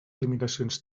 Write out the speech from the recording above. limitacions